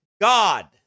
God